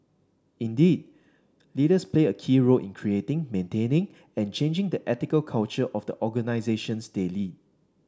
indeed leaders play a key role in creating maintaining and changing the ethical culture of the organisations they lead